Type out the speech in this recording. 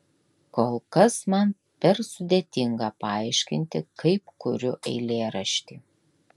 kol kas man per sudėtinga paaiškinti kaip kuriu eilėraštį